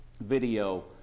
video